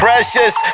Precious